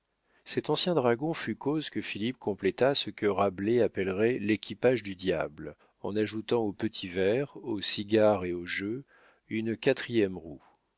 cet ancien dragon fut cause que philippe compléta ce que rabelais appelait l'équipage du diable en ajoutant au petit verre au cigare et au jeu une quatrième roue